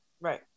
Right